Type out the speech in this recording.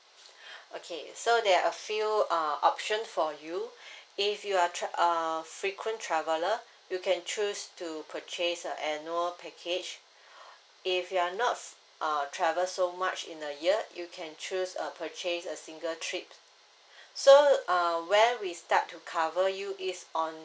okay so there are a few err option for you if you are tr~ err frequent traveller you can choose to purchase a annual package if you're not f~ err travel so much in a year you can choose err purchase a single trip so uh when we start to cover you is on